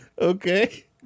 Okay